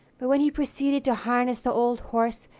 but when he proceeded to harness the old horse,